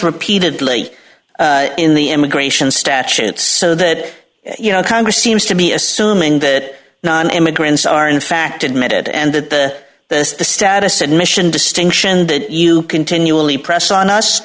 repeatedly in the immigration statute so that you know congress seems to be assuming that immigrants are in fact admitted and that the the the status and mission distinction that you continually press on us